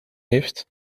heeft